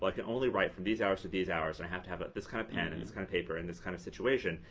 like can only write from these hours to these hours. and i have to have this kind of pen, and this kind of paper, and this kind of situation.